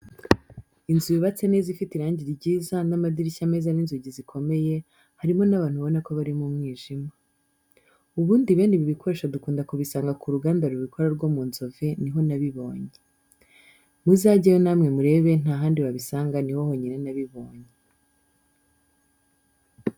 Inzu yubatse neza ifite irangi ryiza n'amadirishya meza n'inzugi zikomeye, harimo n'abantu ubona ko bari mu mwijima. Ubundi bene ibi bikoresho dukunda kubisanga ku ruganda rubikora rwo mu nzove ni ho nabibonye. Muzageyo namwe murebe nta handi wabisanga ni ho honyine nabibonye.